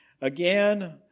again